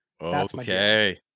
Okay